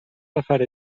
نفر